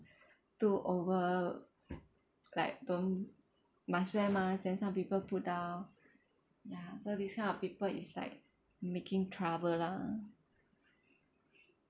too over like don't must wear mah then some people put down ya so this kind of people is like making trouble lah